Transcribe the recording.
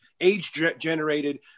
age-generated